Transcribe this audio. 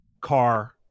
car